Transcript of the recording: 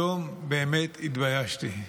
היום באמת התביישתי.